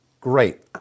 Great